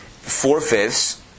four-fifths